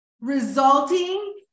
resulting